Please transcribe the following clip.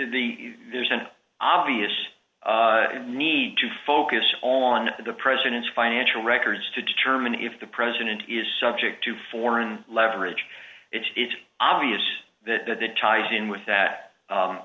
the there's an obvious need to focus on the president's financial records to determine if the president is subject to foreign leverage it is obvious that the ties in with that